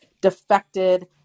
defected